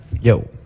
Yo